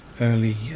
early